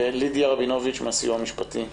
לידיה רבינוביץ' מהסיוע המשפטי.